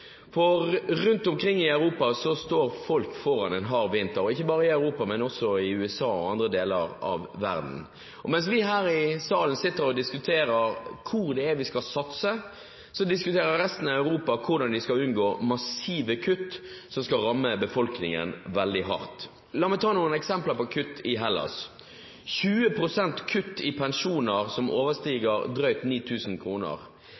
folk rundt omkring i Europa. Rundt omkring i Europa står folk foran en hard vinter – ikke bare i Europa, men også i USA og i andre deler av verden. Mens vi her i salen sitter og diskuterer hvor vi skal satse, diskuterer resten av Europa hvordan de skal unngå massive kutt som rammer befolkningen veldig hardt. La meg ta noen eksempler på kutt i Hellas: 20 pst. kutt i pensjoner som